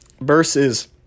versus